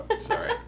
sorry